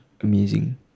Amazing